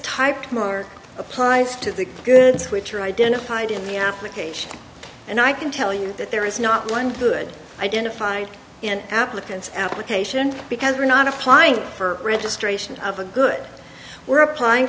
type of mark applies to the goods which are identified in the application and i can tell you that there is not one good identified in applicants application because we're not applying for registration of a good we're applying